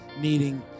needing